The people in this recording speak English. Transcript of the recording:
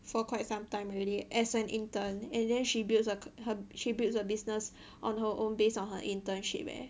for quite some time already as an intern and then she builds her she builds a business on her own based on her internship eh